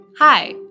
Hi